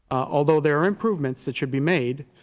although there are improvements that should be made,